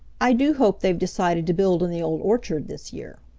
i do hope they've decided to build in the old orchard this year.